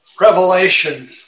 Revelation